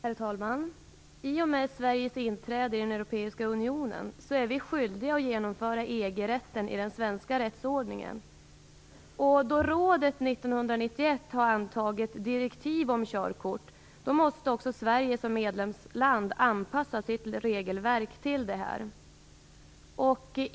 Herr talman! I och med Sveriges inträde i den europeiska unionen är vi skyldiga att genomföra EG Då rådet 1991 har antagit direktiv om körkort måste Sverige som medlemsland anpassa sitt regelverk till direktivet.